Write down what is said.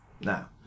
now